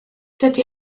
dydy